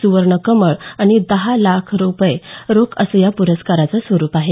सुवर्ण कमळ आणि दहा लाख रुपये रोख असं या पुरस्काराचे स्वरूप आहे